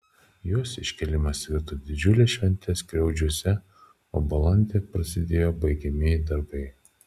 jos iškėlimas virto didžiule švente skriaudžiuose o balandį prasidėjo baigiamieji darbai